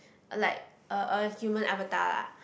like a a human avatar lah